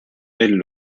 elles